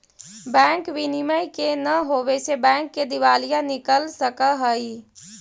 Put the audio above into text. bank विनियम के न होवे से बैंक के दिवालिया निकल सकऽ हइ